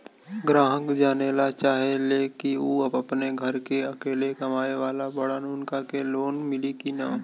ग्राहक जानेला चाहे ले की ऊ अपने घरे के अकेले कमाये वाला बड़न उनका के लोन मिली कि न?